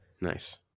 nice